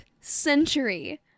century